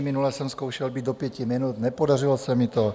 Minule jsem zkoušel být do pěti minut, nepodařilo se mi to.